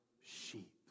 sheep